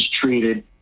treated